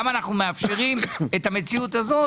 למה אנו מאפשרים את המציאות הזו,